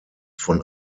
von